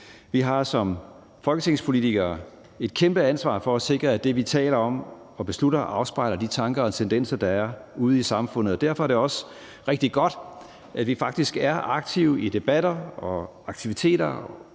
Vi har som folketingspolitikere et kæmpe ansvar for at sikre, at det, vi taler om og beslutter, afspejler de tanker og tendenser, der er ude i samfundet, og derfor er det også rigtig godt, at vi faktisk er aktive i debatter og aktiviteter,